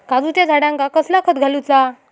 काजूच्या झाडांका कसला खत घालूचा?